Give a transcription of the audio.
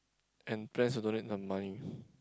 and plans to donate the money